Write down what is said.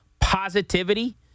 positivity